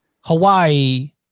Hawaii